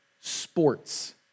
Sports